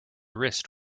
wrist